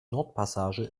nordpassage